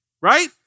right